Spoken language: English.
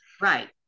Right